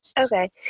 Okay